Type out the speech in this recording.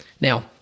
Now